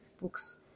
books